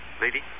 lady